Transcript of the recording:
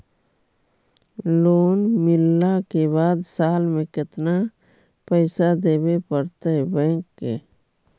Loan मिलला के बाद साल में केतना पैसा देबे पड़तै बैक के?